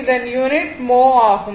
இதன் unit mho ஆகும்